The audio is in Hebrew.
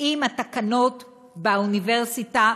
אם התקנות באוניברסיטה,